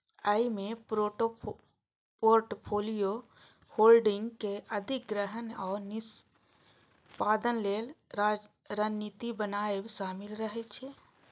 अय मे portfolio holding के अधिग्रहण आ निष्पादन लेल रणनीति बनाएब शामिल रहे छै